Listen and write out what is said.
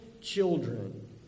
children